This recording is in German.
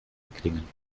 erklingen